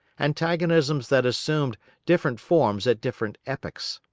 antagonisms that assumed different forms at different epochs.